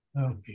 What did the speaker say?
Okay